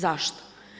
Zašto?